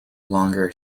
longer